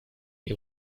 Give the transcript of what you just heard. die